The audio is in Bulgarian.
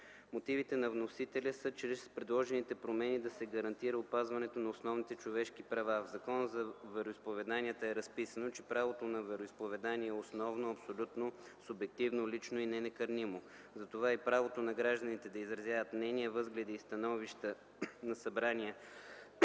Мотивите на вносителя са чрез предложените промени да се гарантира опазването на основните човешки права. В Закона за вероизповеданията е разписано, че правото на вероизповедание е основно, абсолютно, субективно, лично и ненакърнимо. Затова и правото на гражданите да изразяват мнения, възгледи и становища на събрания,